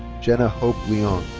jenna hope leon.